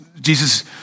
Jesus